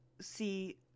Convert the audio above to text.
see